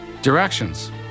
Directions